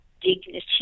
dignity